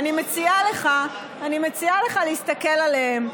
אני מציעה לך להסתכל עליהם,